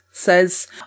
says